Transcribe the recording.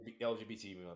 LGBT